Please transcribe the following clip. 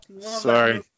Sorry